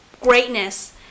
greatness